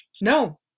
no